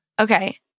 Okay